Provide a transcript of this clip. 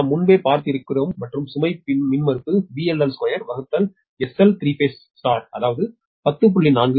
இதை நாம் முன்பே பார்த்திருக்கிறோம் மற்றும் சுமை மின்மறுப்பு 2SL அதாவது 10